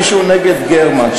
מישהו נגד גרמן,